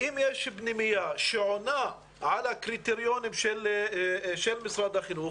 אם יש פנימייה שעונה על הקריטריונים של משרד החינוך